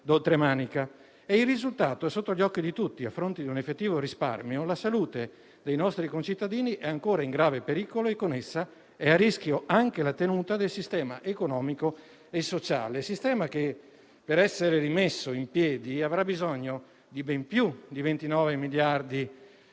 Il risultato è sotto gli occhi di tutti: a fronte di un effettivo risparmio, la salute dei nostri concittadini è ancora in grave pericolo e con essa è a rischio anche la tenuta del sistema economico e sociale esisteva, che, per essere rimesso in piedi, avrà bisogno di investimenti di valore